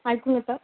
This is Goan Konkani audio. आयकूंक येता